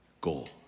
goal